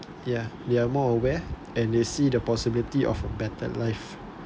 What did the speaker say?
ya they are more aware and they see the possibility of a better life